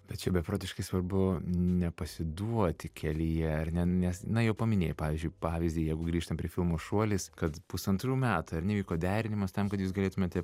bet čia beprotiškai svarbu nepasiduoti kelyje ar ne nes na jau paminėjai pavyzdžiui pavyzdį jeigu grįžtam prie filmo šuolis kad pusantrų metų ar ne vyko derinimas tam kad jūs galėtumėte